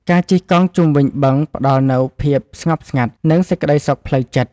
ការជិះកង់ជុំវិញបឹងផ្ដល់នូវភាពស្ងប់ស្ងាត់ និងសេចក្ដីសុខផ្លូវចិត្ត។